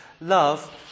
Love